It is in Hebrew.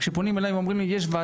כשפונים אליי ואומרים לי שיש איזו שהיא